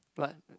what